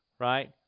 right